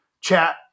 chat